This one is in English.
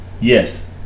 Yes